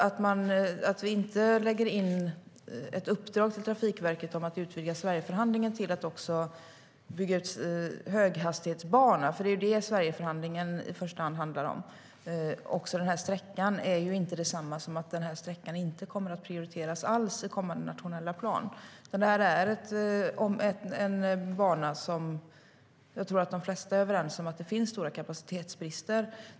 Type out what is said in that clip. Att inte lägga in ett uppdrag till Trafikverket om att utvidga Sverigeförhandlingen till att också bygga ut en höghastighetsbana - det är vad Sverigeförhandlingen i första hand gäller - är inte detsamma som att sträckan inte kommer att prioriteras alls i den kommande nationella planen. Det här är en bana som jag tror att de flesta är överens om att det finns stora kapacitetsbrister i.